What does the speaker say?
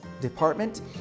department